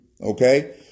okay